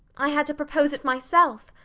i had to propose it myself.